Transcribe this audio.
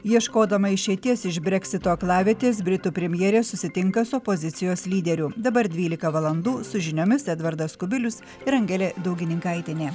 ieškodama išeities iš breksito aklavietės britų premjerė susitinka su opozicijos lyderiu dabar dvylika valandų su žiniomis edvardas kubilius ir angelė daugininkaitienė